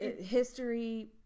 history